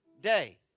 day